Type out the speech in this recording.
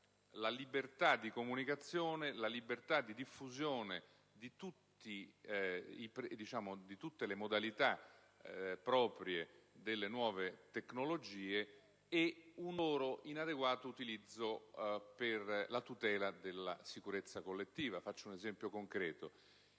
la libertà di comunicazione, la libertà di diffusione di tutte le modalità proprie delle nuove tecnologie e un loro inadeguato utilizzo per la tutela della sicurezza collettiva. Faccio un esempio concreto: